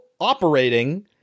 operating